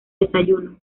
desayuno